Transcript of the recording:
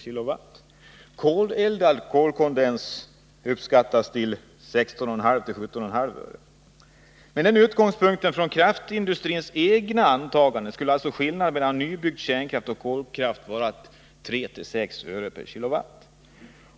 Kolbaserad kondenskraft uppskattas kosta 16,5-17,5 öre kWh.